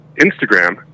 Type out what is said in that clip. instagram